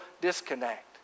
disconnect